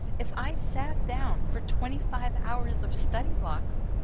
if i sat down for twenty five hours of study blocks,